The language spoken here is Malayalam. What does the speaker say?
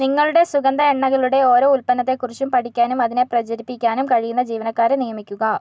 നിങ്ങൾടെ സുഗന്ധ എണ്ണകളുടെ ഓരോ ഉൽപ്പന്നത്തെ കുറിച്ചും പഠിക്കാനും അതിനെ പ്രചരിപ്പിക്കാനും കഴിയുന്ന ജീവനക്കാരെ നിയമിക്കുക